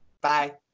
Bye